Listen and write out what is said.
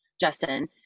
Justin